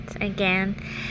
again